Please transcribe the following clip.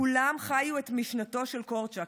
כולם חיו את משנתו של קורצ'אק.